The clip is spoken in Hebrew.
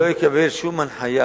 אני לא אקבל שום הנחיה,